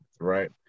Right